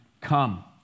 come